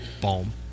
boom